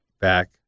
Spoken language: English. back